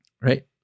right